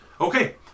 Okay